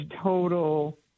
total